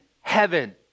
heaven